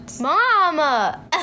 mama